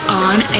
on